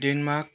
Denmark